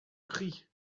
cri